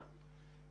כן.